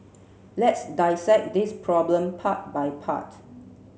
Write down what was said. let's dissect this problem part by part